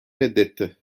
reddetti